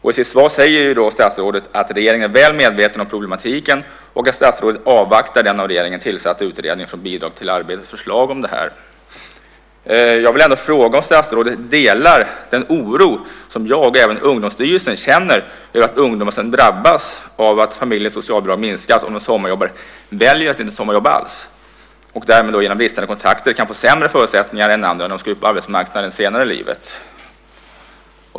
I sitt svar säger statsrådet att regeringen är väl medveten om problematiken och att statsrådet avvaktar den av regeringen tillsatta utredningen Från bidrag till arbetes förslag om detta. Jag vill ändå fråga om statsrådet delar den oro som jag och Ungdomsstyrelsen känner över att ungdomar som drabbas av att familjens socialbidrag minskas om de sommarjobbar väljer att inte sommarjobba alls och därmed genom bristande kontakter kan få sämre förutsättningar än andra när de ska ut på arbetsmarknaden senare i livet.